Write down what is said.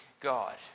God